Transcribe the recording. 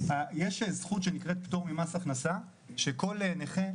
יש זכות שנקראת פטור ממס הכנסה שכל נכה,